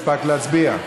לא הספקתי להצביע.